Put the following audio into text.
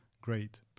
great